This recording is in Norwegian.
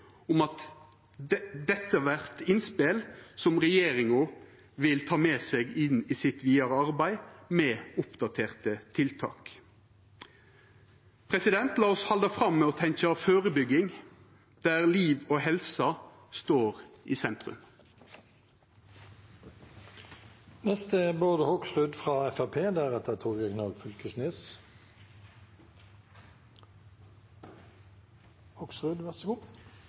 om at dette vert innspel som regjeringa vil ta med seg inn i sitt vidare arbeid med oppdaterte tiltak. La oss halda fram med å tenkja førebygging der liv og helse står i